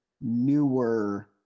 newer